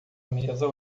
mesa